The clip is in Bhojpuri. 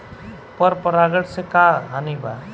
पर परागण से का हानि बा?